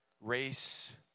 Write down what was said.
race